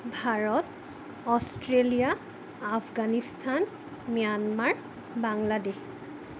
Bharat Australia Afghanistan Myanmar Bangladesh